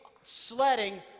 sledding